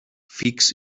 fix